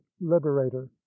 liberator